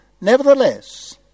Nevertheless